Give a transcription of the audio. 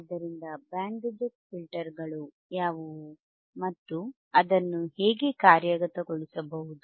ಆದ್ದರಿಂದ band reject ಫಿಲ್ಟರ್ಗಳು ಯಾವುವು ಮತ್ತು ಅದನ್ನು ಹೇಗೆ ಕಾರ್ಯಗತಗೊಳಿಸಬಹುದು